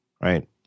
right